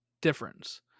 difference